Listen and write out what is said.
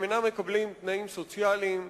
הם אינם מקבלים תנאים סוציאליים,